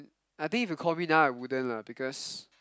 I think if you call me now I wouldn't lah because